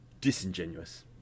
disingenuous